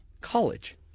college